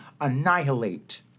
annihilate